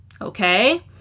okay